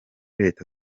leta